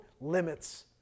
limits